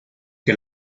que